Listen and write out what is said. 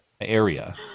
area